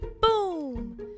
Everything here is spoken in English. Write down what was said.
boom